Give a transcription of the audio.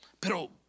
Pero